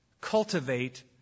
Cultivate